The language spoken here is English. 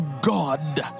God